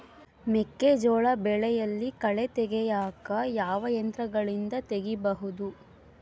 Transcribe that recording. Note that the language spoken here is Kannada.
ಮೆಕ್ಕೆಜೋಳ ಬೆಳೆಯಲ್ಲಿ ಕಳೆ ತೆಗಿಯಾಕ ಯಾವ ಯಂತ್ರಗಳಿಂದ ತೆಗಿಬಹುದು?